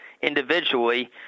individually